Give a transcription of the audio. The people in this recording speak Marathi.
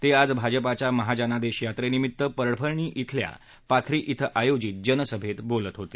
ते आज भाजपाच्या महाजनादेश यात्रेनिमित्त परभणी इथल्या पाथ्री इथं आयोजित जनसभेत बोलत होते